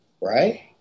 Right